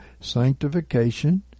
sanctification